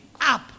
up